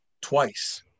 Twice